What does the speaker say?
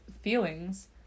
feelings